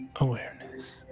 awareness